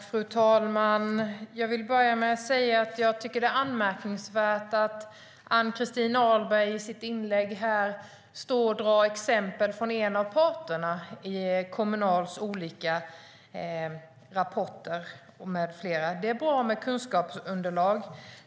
Fru talman! Jag tycker att det är anmärkningsvärt att Ann-Christin Ahlberg i sitt inlägg här står och drar exempel från en av parterna i Kommunals olika rapporter med mera. Det är bra med kunskapsunderlag.